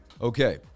Okay